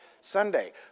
Sunday